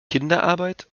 kinderarbeit